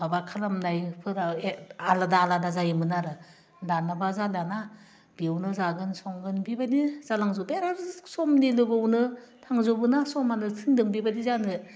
माबा खालामनायफोरा एख आलादा आलादा जायोमोन आरो दानाबा जालाना बेयावनो जागोन संगोन बेबायदि जालां जोब्बाय आरो समनि लोगोआवनो थांजोबोना समानो थिन्दों बेबायदि जानो